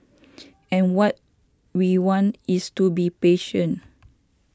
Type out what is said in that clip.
and what we want is to be patient